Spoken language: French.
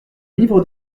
livre